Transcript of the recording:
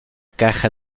caja